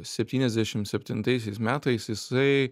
septyniasdešim septintaisiais metais jisai